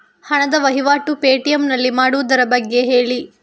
ಹಣದ ವಹಿವಾಟು ಪೇ.ಟಿ.ಎಂ ನಲ್ಲಿ ಮಾಡುವುದರ ಬಗ್ಗೆ ಹೇಳಿ